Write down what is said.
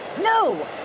No